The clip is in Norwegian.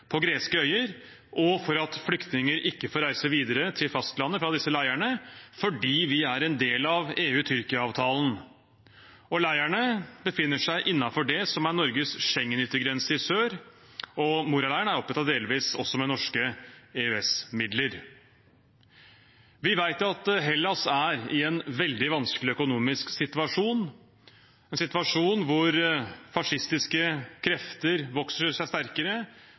på greske øyer, og for at flyktninger ikke får reise videre til fastlandet fra disse leirene, fordi vi er en del av EU–Tyrkia-avtalen. Leirene befinner seg innenfor Norges Schengen-yttergrense i sør, og Moria-leiren er opprettet delvis av norske EØS-midler. Vi vet at Hellas er i en veldig vanskelig økonomisk situasjon og en situasjon hvor fascistiske krefter vokser seg sterkere